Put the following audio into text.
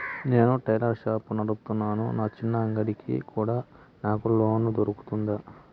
నేను tailor shop నడుపుతున్నాను, నా చిన్న అంగడి కి కూడా నాకు లోను దొరుకుతుందా?